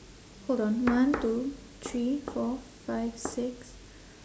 hold on one two three four five six